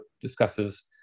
discusses